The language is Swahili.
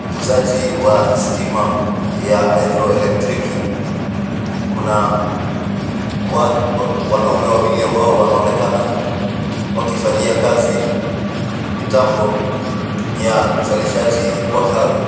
ukuzaji wa stima ya hydroelectric kuna wanaume wawili ambao wanaonekana wakifanyia kazi mitambo ya uzalishaji wa kawi.